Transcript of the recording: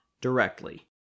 directly